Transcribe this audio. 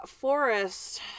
forest